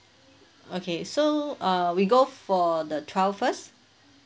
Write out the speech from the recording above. okay so uh we go for the twelve first